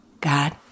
God